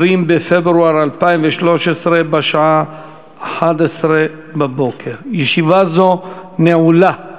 20 בפברואר 2013, בשעה 11:00. ישיבה זו נעולה.